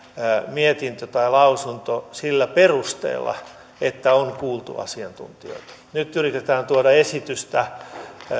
mietintö tai lausunto sillä perusteella että on kuultu asiantuntijoita nyt yritetään tuoda esitystä